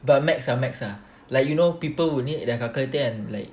but maths ah maths ah like you know people who need the calculator and like